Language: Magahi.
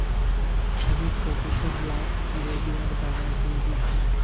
हामी कबूतर लाक लोबियार दाना दे दी छि